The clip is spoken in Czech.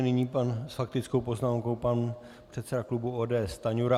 Nyní s faktickou poznámkou pan předseda klubu ODS Stanjura.